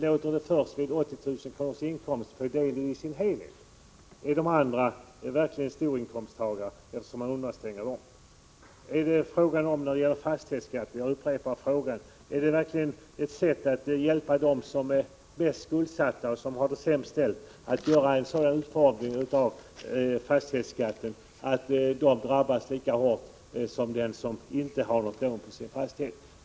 Det var bara de som tjänade minst 80 000 kr. som fick full del av den. Vad så gäller frågan om fastighetsskatten upprepar jag min fråga om det verkligen är ett sätt att hjälpa dem som är skuldsatta och har det sämst ställt att utforma den så att de drabbas lika hårt som den som inte har något lån på sin fastighet?